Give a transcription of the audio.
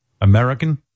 American